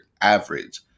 average